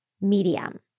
medium